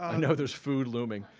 um know there's food looming.